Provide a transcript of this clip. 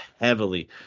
heavily